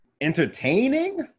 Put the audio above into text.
Entertaining